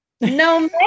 no